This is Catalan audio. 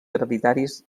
hereditaris